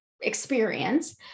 experience